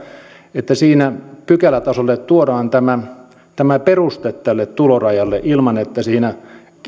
että siinä pykälätasolle tuodaan tämä tämä peruste tälle tulorajalle ilman että siinä